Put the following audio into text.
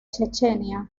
chechenia